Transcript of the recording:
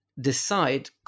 decide